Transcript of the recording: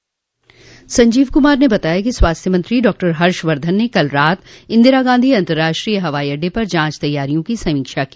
संजीव कुमार ने बताया कि स्वास्थ्य मंत्री डॉक्टर हर्षवर्धन ने कल रात इंदिरा गांधी अंतरराष्ट्रीय हवाई अड्डे पर जांच तैयारियों की समीक्षा की